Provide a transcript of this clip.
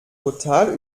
total